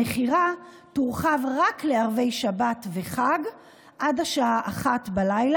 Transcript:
המכירה תורחב רק לערבי שבת וחג עד השעה 01:00,